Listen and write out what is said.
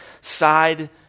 side